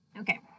Okay